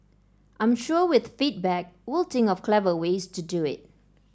I'm sure with feedback we'll think of clever ways to do it